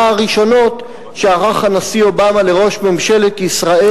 הראשונות שערך הנשיא אובמה לראש ממשלת ישראל,